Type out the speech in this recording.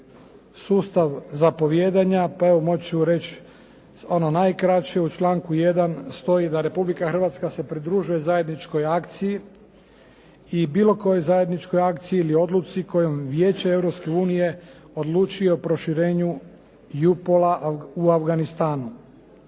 sustav zapovijedanja pa evo moći ću reći ono najkraće. U članku 1. stoji da Republika Hrvatska se pridružuje zajedničkoj akciji i bilo kojoj zajedničkoj akciji ili odluci kojom Vijeće Europske unije odlučio o proširenju Jupola u Afganistanu.